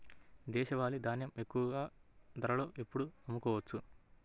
దేశవాలి ధాన్యం ఎక్కువ ధరలో ఎప్పుడు అమ్ముకోవచ్చు?